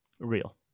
Real